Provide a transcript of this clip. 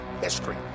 history